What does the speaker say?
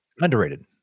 Underrated